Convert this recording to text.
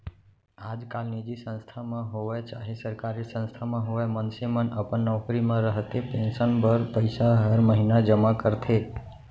आजकाल निजी संस्था म होवय चाहे सरकारी संस्था म होवय मनसे मन अपन नौकरी म रहते पेंसन बर पइसा हर महिना जमा करथे